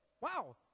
wow